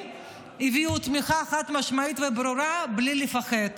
הביעו תמיכה חד-משמעית וברורה בלי לפחד,